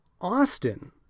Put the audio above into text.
Austin